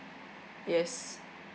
yes